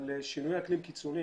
על שינוי אקלים קיצוני.